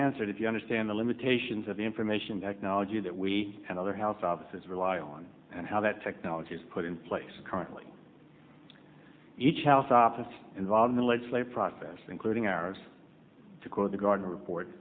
answered if you understand the limitations of the information technology that we and other house offices rely on and how that technology is put in place currently each house officer involved in the legislative process including ours to quote the garden report